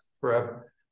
forever